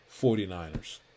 49ers